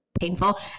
painful